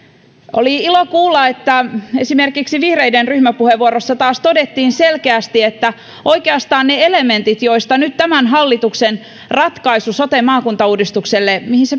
oli ilo kuulla että esimerkiksi vihreiden ryhmäpuheenvuorossa taas todettiin selkeästi että oikeastaan ne elementit joihin nyt tämän hallituksen ratkaisu sote ja maakuntauudistukseen